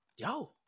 Yo